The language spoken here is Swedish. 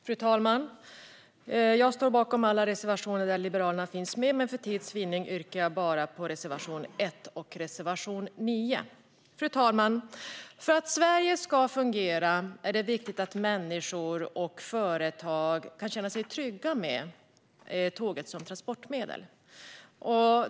Fru talman! Jag står bakom alla reservationer där Liberalerna finns med, men för tids vinnande yrkar jag bifall bara till reservation 1 och 9. Fru talman! För att Sverige ska fungera är det viktigt att människor och företag kan känna sig trygga med tåget som transportmedel.